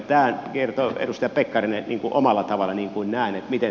tämän kertoo edustaja pekkarinen omalla tavalla niinkuin näin miten